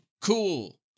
cool